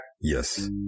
Yes